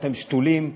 אתם שתולים,